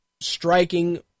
striking